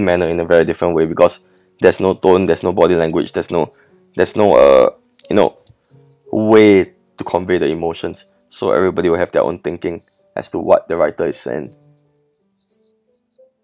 manner in a very different way because there's no tone there's no body language there's no there's no uh no way to convey the emotions so everybody will have their own thinking as to what the writer is saying